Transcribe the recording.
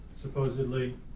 supposedly